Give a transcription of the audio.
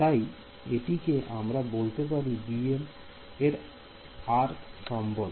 তাই এটিকে আমরা বলতে পারি bm এর r সম্বল